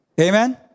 Amen